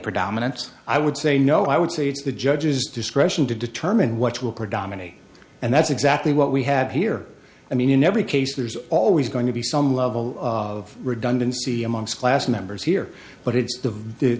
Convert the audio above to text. predominant i would say no i would say it's the judge's discretion to determine what will predominate and that's exactly what we have here i mean in every case there's always going to be some level of redundancy amongst class members here but it's the